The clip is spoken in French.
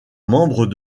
membres